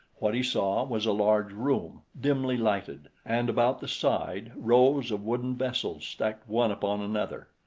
what he saw was a large room, dimly lighted, and about the side rows of wooden vessels stacked one upon another.